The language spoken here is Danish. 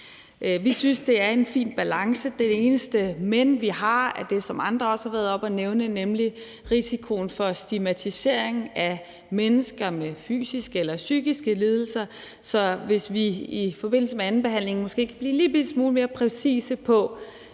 Vi synes, at det er en fin balance. Det eneste men, vi har, er det, som andre også har været oppe at nævne, nemlig risikoen for stigmatisering af mennesker med fysiske eller psykiske lidelser. Så hvis vi i forbindelse med andenbehandlingen måske kan blive en lillebitte smule mere præcise,